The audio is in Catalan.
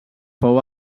fou